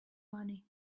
money